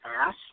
ass